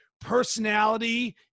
personality